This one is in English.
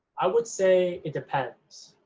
i would say it depends.